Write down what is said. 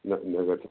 نَہ مےٚ گژھیٚن نہٕ